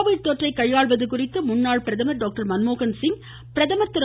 Covid தொற்றை கையாள்வது குறித்து முன்னாள் பிரதமர் டாக்டர் மன்மோகன்சிங் பிரதமர் திரு